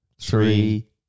three